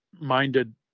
minded